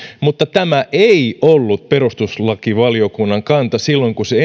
mutta tämä ei ollut perustuslakivaliokunnan kanta silloin kun se